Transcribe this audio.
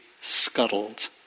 scuttled